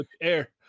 air